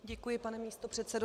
Děkuji, pane místopředsedo.